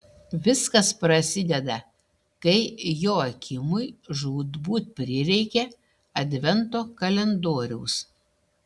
viskas prasideda kai joakimui žūtbūt prireikia advento kalendoriaus